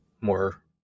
more